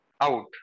out